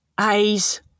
A's